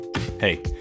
Hey